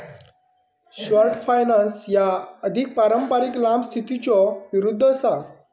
short finance ह्या अधिक पारंपारिक लांब स्थितीच्यो विरुद्ध असा